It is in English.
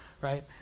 right